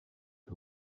who